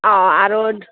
অঁ আৰু